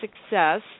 success